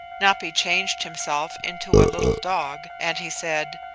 napi changed himself into a little dog, and he said,